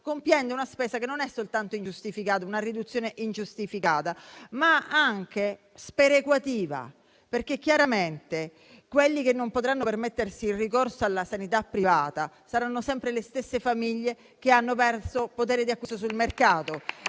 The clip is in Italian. compiendo una riduzione che non è soltanto ingiustificata, ma anche sperequativa, perché chiaramente quelli che non potranno permettersi il ricorso alla sanità privata saranno sempre le stesse famiglie che hanno perso potere di acquisto sul mercato